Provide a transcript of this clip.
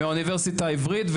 מהאוניברסיטה העברית.